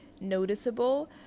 noticeable